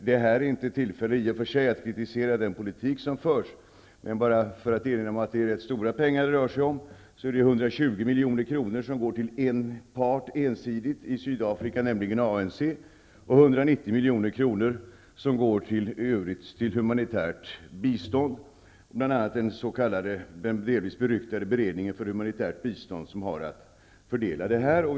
Det här är egentligen inte det rätta tillfället att kritisera den politik som förs där. Men för att erinra om hur stora pengar det rör sig om, går 120 milj.kr. ensidigt till en part i Sydafrika, nämligen ANC. 190 milj.kr. går till övrigt humanitärt bistånd. Det är bl.a. den delvis beryktade beredningen för humanitärt bistånd som har att fördela dessa pengar.